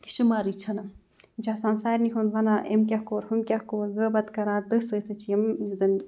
کہِ شُمارٕے چھِنہٕ یِم چھِ آسان سارنٕے ہُنٛد وَنان أمۍ کیٛاہ کوٚر ہُم کیٛاہ کوٚر غٲبَت کَران تٔتھۍ سۭتۍ سۭتۍ چھِ یِم زَن